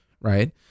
right